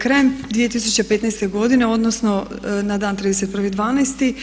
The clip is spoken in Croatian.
Krajem 2015. godine odnosno na dan 31.12.